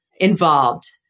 involved